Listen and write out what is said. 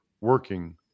working